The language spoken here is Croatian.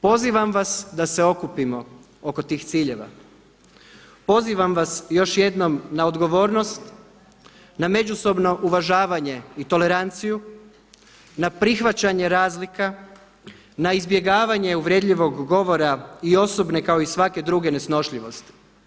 Pozivam vas da se okupimo oko tih ciljeva, pozivam vas još jednom na odgovornost, na međusobno uvažavanje i toleranciju, na prihvaćanje razlika, na izbjegavanje uvredljivog govora i osobne kao i svake druge nesnošljivosti.